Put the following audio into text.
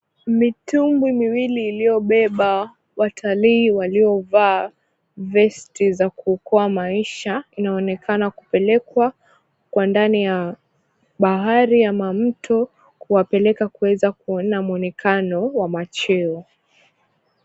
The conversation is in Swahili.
Mitumbwi miwili iliyobeba watalii walio vaa vesti za kuokoa maisha. Inaonekana kupelekwa kwa ndani ya bahari ama mto, kuwapeleka kuweza kuona muonekano wa macheo.